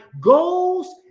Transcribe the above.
goals